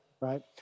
right